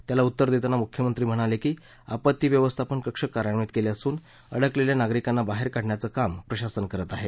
त्याला उत्तर देतांना मुख्यमंत्री म्हणाले की आपत्ती व्यवस्थापन कक्ष कार्यान्वित केले असून अडकलेल्या नागरिकांना बाहेर काढण्याचं काम प्रशासन करत आहे